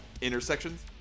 intersections